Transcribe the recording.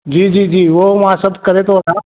जी जी जी उहो मां सभु करे थो वठां